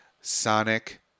sonic